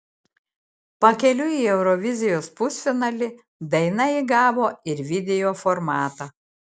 pakeliui į eurovizijos pusfinalį daina įgavo ir video formatą